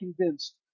convinced